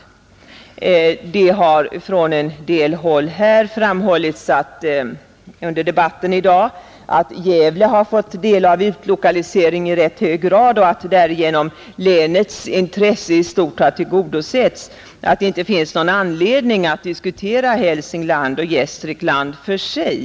Under dagens debatt har det från olika håll framhållits att Gävle i ganska hög grad har fått del av utlokaliseringen och att länet i stort därigenom har tillgodosetts samt att det inte finns någon anledning att diskutera Hälsingland och Gästrikland för sig.